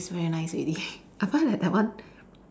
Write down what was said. then it's very nice already I find that that one